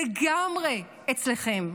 לגמרי אצלכם.